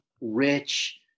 rich